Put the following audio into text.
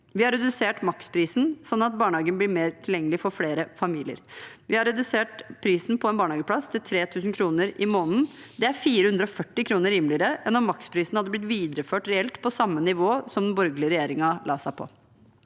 Vi har redusert maksprisen, slik at barnehagen blir mer tilgjengelig for flere familier, og vi har redusert prisen på en barnehageplass til 3 000 kr i måneden. Det er 440 kr rimeligere enn om maksprisen hadde blitt videreført reelt på samme nivå som den borgerlige regjeringen la seg på.